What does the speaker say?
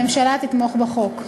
הממשלה תתמוך בחוק.